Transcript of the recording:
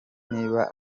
niba